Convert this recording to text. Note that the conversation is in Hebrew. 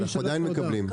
אבל אנחנו עדיין מקבלים.